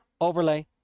overlay